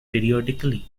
periodically